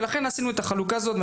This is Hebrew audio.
ולכן עשינו את החלוקה הזאת,